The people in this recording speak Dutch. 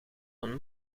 een